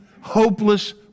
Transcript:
hopeless